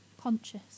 Conscious